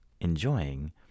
enjoying